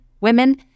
women